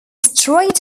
straight